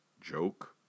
Joke